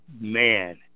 Man